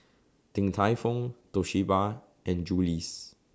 Din Tai Fung Toshiba and Julie's